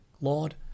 lord